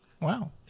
Wow